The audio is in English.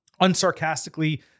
unsarcastically